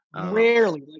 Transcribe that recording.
rarely